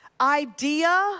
idea